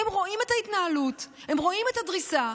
הם רואים את ההתנהלות, הם רואים את הדריסה,